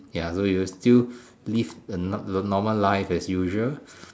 ya you'll still live the the normal life as usual